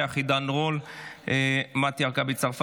היא יכולה להקים מפלגה.